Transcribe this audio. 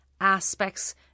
aspects